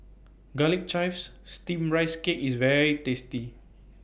Garlic Chives Steamed Rice Cake IS very tasty